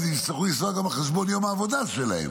יצטרכו לנסוע גם על חשבון יום העבודה שלהם.